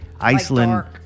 Iceland